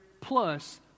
plus